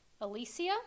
alicia